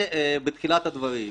זה בתחילה הדברים.